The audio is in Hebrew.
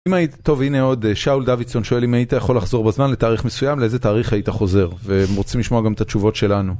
טוב הנה עוד שאול דווידסון שואל אם היית יכול לחזור בזמן לתאריך מסוים לאיזה תאריך היית חוזר, והם רוצים לשמוע גם את התשובות שלנו.